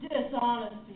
dishonesty